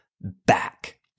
back